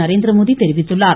நரேந்திரமோடி தெரிவித்துள்ளார்